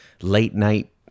late-night